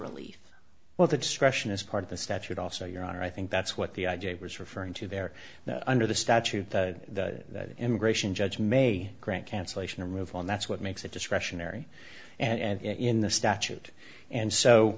relief well the discretion is part of the statute also your honor i think that's what the i gave was referring to there under the statute that immigration judge may grant cancellation and move on that's what makes it discretionary and in the statute and so